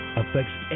affects